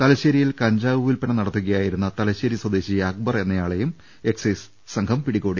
തലശേരിയിൽ കഞ്ചാവ് വില്പന നടത്തുകയായിരുന്ന തലശേരി സ്വദേശി അക്ബർ എന്നയാളെ എക്സൈസ് സംഘവും പിടികൂടി